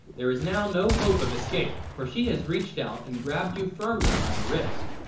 there is now no hope of escape, for she has reached out and grabbed you firmly by the wrist.